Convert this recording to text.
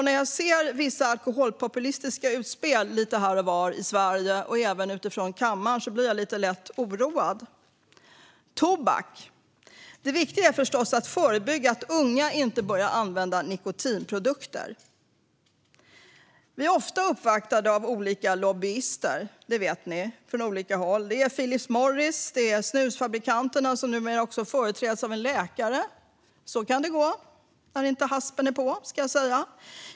När jag ser vissa alkoholpopulistiska utspel lite här och var i Sverige och även i kammaren blir jag lite lätt oroad. När det gäller tobak är förstås det viktiga att förebygga att unga inte börjar använda nikotinprodukter. Vi blir ofta uppvaktade, som ni vet, av olika lobbyister från olika håll. Det är Philip Morris, och det är snusfabrikanterna som numera också företräds av en läkare. Så kan det gå när inte haspen är på.